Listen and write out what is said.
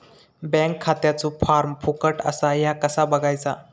Bank खात्याचो form फुकट असा ह्या कसा बगायचा?